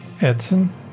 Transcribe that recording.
Edson